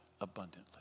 abundantly